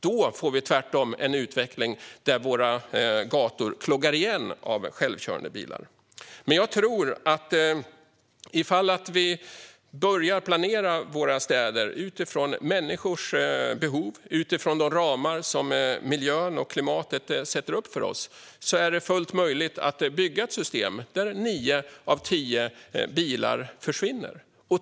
Då får vi tvärtom en utveckling där våra gator kloggar igen av självkörande bilar. Men om vi börjar planera våra städer utifrån människors behov och utifrån de ramar som miljön och klimatet sätter upp för oss tror jag att det är fullt möjligt att bygga ett system där nio av tio bilar försvinner.